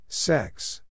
Sex